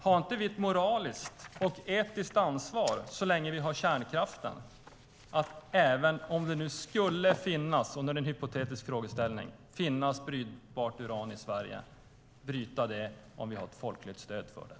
Har inte vi ett moraliskt och etiskt ansvar så länge vi har kärnkraften att även, om det nu skulle finnas brytbart uran i Sverige - det är en hypotetisk frågeställning - att bryta det om vi har ett folkligt stöd för det?